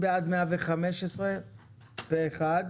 הצבעה סעיף 115 אושר